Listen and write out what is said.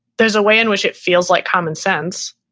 there's a way in which it feels like common sense,